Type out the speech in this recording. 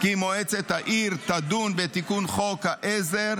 כי מועצת העיר תדון בתיקון חוק העזר,